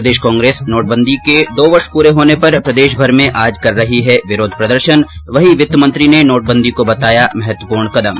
प्रदेश कांग्रेस नोटबंदी के दो वर्ष पूरे होने पर प्रदेशभर में आज कर रही है विरोध प्रदर्शन वित्त मंत्री ने नोटबंदी को बताया महत्वपूर्ण कदम